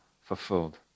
fulfilled